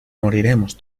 moriremos